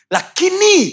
Lakini